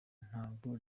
ntabwo